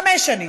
חמש שנים,